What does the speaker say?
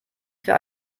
für